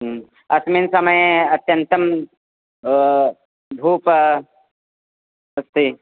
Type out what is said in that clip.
अस्मिन् समये अत्यन्तं धूप अस्ति